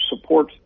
support